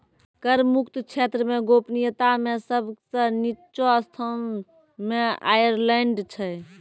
कर मुक्त क्षेत्र मे गोपनीयता मे सब सं निच्चो स्थान मे आयरलैंड छै